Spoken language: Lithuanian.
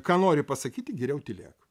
ką nori pasakyti geriau tylėk